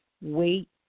wait